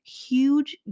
huge